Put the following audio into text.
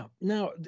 Now